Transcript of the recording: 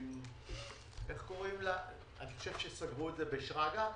איך קוראים למקום הזה, בשרגא?